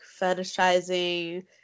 fetishizing